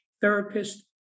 therapist